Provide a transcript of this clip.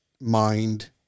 mind